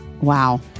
Wow